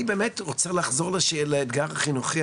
אני באמת רוצה לחזור לאתגר החינוכי.